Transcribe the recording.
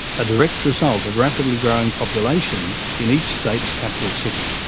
a direct result of rapidly growing populations in each state's capital city.